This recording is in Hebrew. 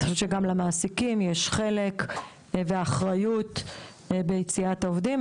אני חושבת שגם למעסיקים יש חלק ואחריות ביציאת העובדים.